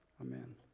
amen